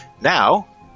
Now